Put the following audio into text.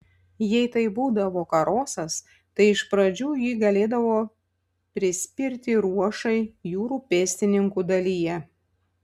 jei tai būdavo karosas tai iš pradžių jį galėdavo prispirti ruošai jūrų pėstininkų dalyje